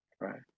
Right